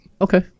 okay